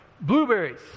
Blueberries